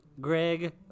Greg